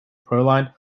proline